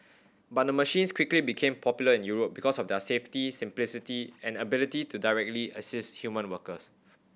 but the machines quickly became popular in Europe because of their safety simplicity and ability to directly assist human workers